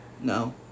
no